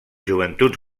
joventuts